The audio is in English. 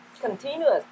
Continuous